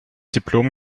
diplom